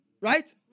right